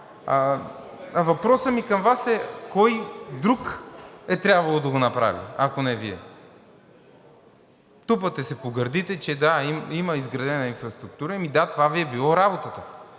Въпросът ми към Вас е, кой друг е трябвало да го направи, ако не Вие? Тупате се по гърдите, че – да, има изградена инфраструктура. Ами да, това Ви е било работата,